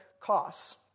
costs